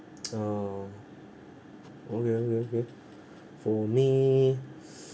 uh okay okay okay for me